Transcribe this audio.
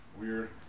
Weird